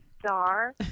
star